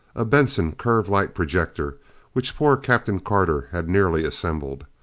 a benson curve light projector which poor captain carter had nearly assembled.